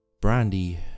Brandy